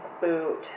boot